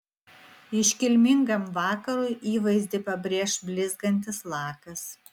iškilmingam vakarui įvaizdį pabrėš blizgantis lakas